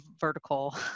vertical